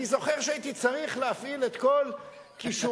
אני זוכר שהייתי צריך להפעיל את כל כישורי